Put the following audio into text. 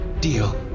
Deal